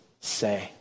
say